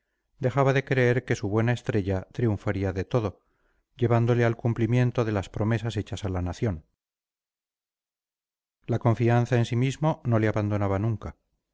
dejaba de creer que su buena estrella triunfaría de todo llevándole al cumplimiento de las promesas hechas a la nación la confianza en sí mismo no le abandonaba nunca